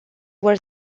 were